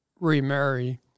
remarry